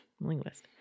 Linguist